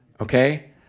okay